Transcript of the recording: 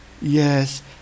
Yes